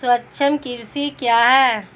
सूक्ष्म कृषि क्या है?